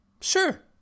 sure